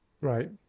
Right